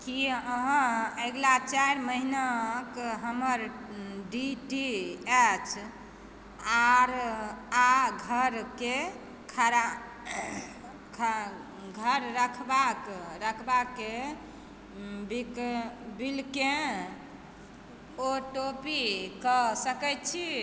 की अहाँ अगिला चारि महीनाक हमर डी टी एच आ घर रखबाक बिल केँ ओ टी पी कऽ सकैत छी